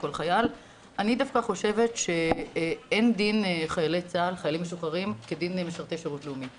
אני דווקא חושבת שאין דין חיילי צה"ל משוחררים כדין משרתי שירות לאומי.